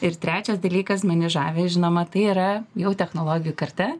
ir trečias dalykas mane žavi žinoma tai yra jau technologijų karta